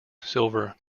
silver